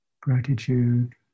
gratitude